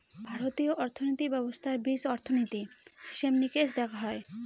ভারতীয় অর্থনীতি ব্যবস্থার বীজ অর্থনীতি, হিসেব নিকেশ দেখা হয়